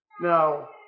Now